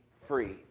free